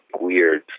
weird